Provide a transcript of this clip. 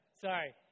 Sorry